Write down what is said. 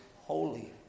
holy